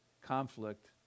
conflict